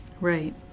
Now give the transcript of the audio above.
Right